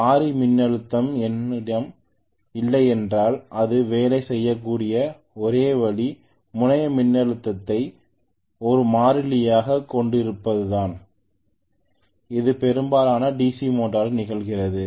மாறி மின்னழுத்தம் என்னிடம் இல்லையென்றால் அது வேலை செய்யக்கூடிய ஒரே வழி முனைய மின்னழுத்தத்தை ஒரு மாறிலியாகக் கொண்டிருப்பதுதான் இது பெரும்பாலான DC மோட்டரில் நிகழ்கிறது